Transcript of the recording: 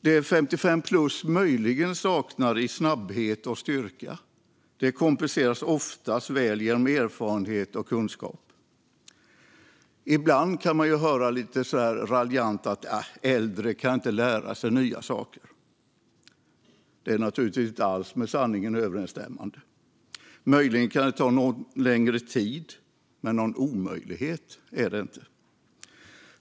Det som 55-plussare möjligen saknar i snabbhet och styrka kompenseras oftast väl av erfarenhet och kunskap. Ibland kan man höra lite raljant att äldre inte kan lära sig nya saker. Det är naturligtvis inte alls med sanningen överensstämmande. Möjligen kan det ta längre tid, men någon omöjlighet är det inte.